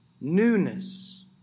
Newness